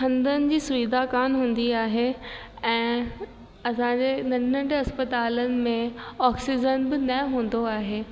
हंधनि जी सुविधा कोन हूंदी आहे ऐं असांजे नंढे नंढे अस्पतालनि में ऑक्सीज़न बि न हूंदो आहे